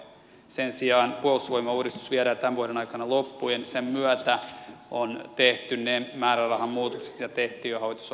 sen sijaan puolustusvoimauudistus viedään tämän vuoden aikana loppuun ja sen myötä on tehty ne määrärahamuutokset mitä tehtiin jo hallitusohjelmaneuvotteluissa